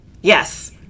Yes